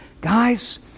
guys